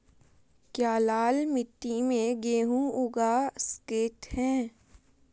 क्या लाल मिट्टी में गेंहु उगा स्केट है?